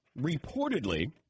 reportedly